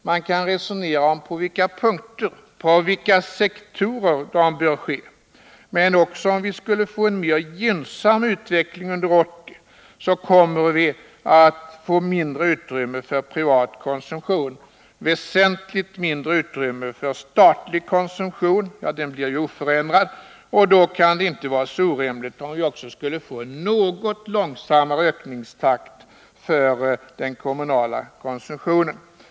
Man kan resonera om på vilka sektorer de bör ske. Men även om vi skulle få en mera gynnsam utveckling under 1980, kommer vi att få mindre utrymme för privat konsumtion och väsentligt mindre utrymme för statlig konsumtion — den blir ju oförändrad. Då kan det inte vara så orimligt om vi också skulle få en något långsammare ökningstakt för den kommunala konsumtionen.